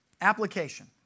application